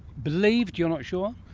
believed? you're not sure?